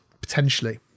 potentially